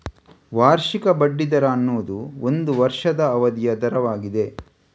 ವಾರ್ಷಿಕ ಬಡ್ಡಿ ದರ ಅನ್ನುದು ಒಂದು ವರ್ಷದ ಅವಧಿಯ ದರವಾಗಿದೆ